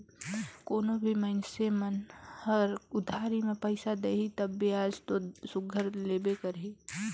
कोनो भी मइनसे हर उधारी में पइसा देही तब बियाज दो सुग्घर लेबे करही